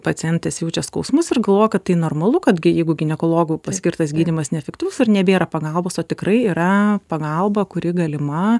pacientas jaučia skausmus ir galvoja kad tai normalu kad gi jeigu ginekologų paskirtas gydymas neefektyvus ir nebėra pagalbos o tikrai yra pagalba kuri galima